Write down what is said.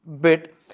bit